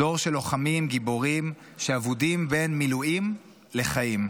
דור של לוחמים גיבורים שאבודים בין מילואים לחיים.